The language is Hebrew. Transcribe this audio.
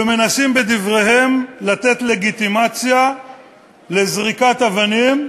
ומנסים בדבריהם לתת לגיטימציה לזריקת אבנים,